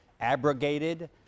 abrogated